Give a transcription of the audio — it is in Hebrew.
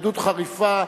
התנגדות חריפה,